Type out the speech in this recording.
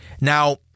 now